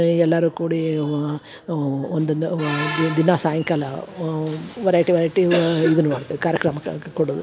ಎಲ್ಲಾರು ಕೂಡಿ ವ ಒಂದನ್ನ ವಾ ದಿನ ಸಾಯಂಕಾಲ ವರೈಟಿ ವರೈಟಿ ವ ಇದನ್ನ ಮಾಡ್ತೇವಿ ಕಾರ್ಯಕ್ರಮಕ ಕೊಡುದು